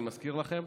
אני מזכיר לכם,